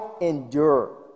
endure